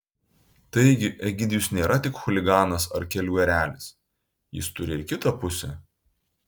taigi egidijus nėra tik chuliganas ar kelių erelis jis turi ir kitą pusę